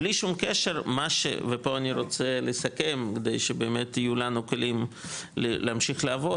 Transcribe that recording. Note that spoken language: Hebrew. בלי שום קשר ופה אני רוצה לסכם כדי שבאמת יהיו לנו כלים להמשיך לעבוד,